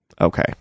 okay